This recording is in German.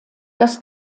das